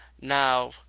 Now